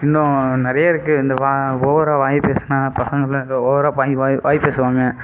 இன்னும் நிறையா இருக்கு இந்த ஓவராக வாய் பேசினா பசங்கள்லாம் ஏதோ ஓவராக வாய் வாய் வாய் பேசுவாங்க